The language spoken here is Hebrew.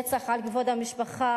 רצח על כבוד המשפחה,